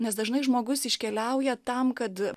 nes dažnai žmogus iškeliauja tam kad